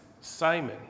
Simon